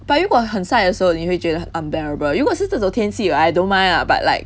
but 如果很晒的时候你会觉得 unbearable 如果是这种天气 I don't mind ah but like